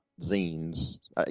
zines